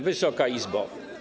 Wysoka Izbo!